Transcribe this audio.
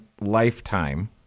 lifetime